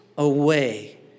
Away